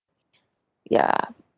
ya